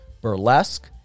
Burlesque